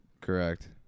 correct